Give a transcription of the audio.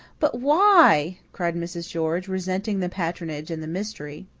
but why! cried mrs. george, resenting the patronage and the mystery.